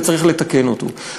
וצריך לתקן אותו.